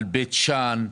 על בית שאן,